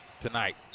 tonight